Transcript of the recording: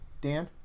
dan